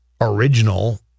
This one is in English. original